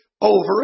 over